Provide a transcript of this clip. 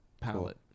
palette